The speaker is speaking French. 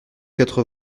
quatre